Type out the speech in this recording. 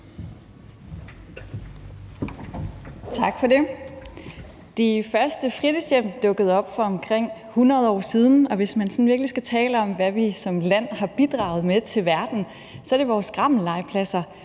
Tak for det. De første fritidshjem dukkede op for omkring 100 år siden, og hvis man virkelig skal tale om, hvad vi som land har bidraget med til verden, er det vores skrammellegepladser,